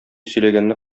сөйләгәнне